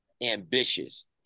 ambitious